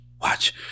watch